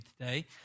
today